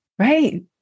Right